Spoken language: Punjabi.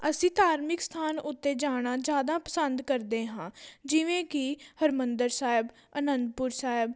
ਅਸੀਂ ਧਾਰਮਿਕ ਸਥਾਨ ਉੱਤੇ ਜਾਣਾ ਜ਼ਿਆਦਾ ਪਸੰਦ ਕਰਦੇ ਹਾਂ ਜਿਵੇਂ ਕਿ ਹਰਿਮੰਦਰ ਸਾਹਿਬ ਅਨੰਦਪੁਰ ਸਾਹਿਬ